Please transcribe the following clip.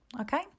Okay